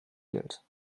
geld